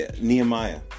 Nehemiah